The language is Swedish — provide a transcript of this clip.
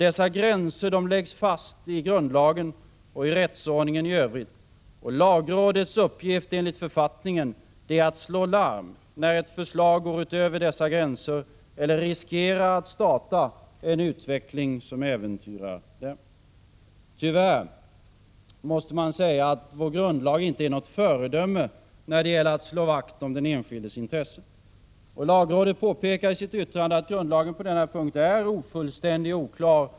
Dessa gränser läggs fast i grundlagen och rättsordningen i övrigt. Och lagrådets uppgifter enligt författningen är att slå larm när ett förslag går utöver dessa gränser, eller riskerar att starta en utveckling som äventyrar dem. Tyvärr måste man säga att vår grundlag inte är något föredöme när det gäller att slå vakt om den enskildes intressen. Lagrådet påpekar i sitt yttrande, att grundlagen på denna punkt är ”ofullständig och oklar”.